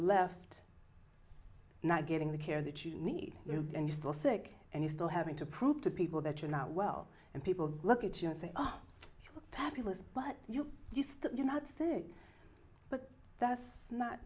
left not getting the care that you need and you're still sick and you still having to prove to people that you're not well and people look at you and say ah fabulous but you just do not say but that's not